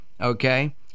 okay